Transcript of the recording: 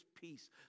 peace